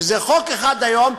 שזה חוק אחד היום,